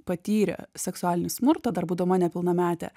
patyrė seksualinį smurtą dar būdama nepilnametė